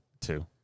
Two